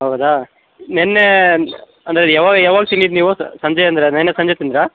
ಹೌದಾ ನಿನ್ನೆ ಅಂದರೆ ಯಾವಾಗ ಯಾವಾಗ ತಿಂದಿದ್ದು ನೀವು ಸಂಜೆ ಅಂದ್ರೆ ನಿನ್ನೆ ಸಂಜೆ ತಿಂದ್ರಾ